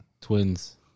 Twins